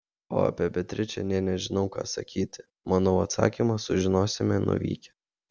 o apie beatričę nė nežinau ką sakyti manau atsakymą sužinosime nuvykę